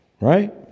right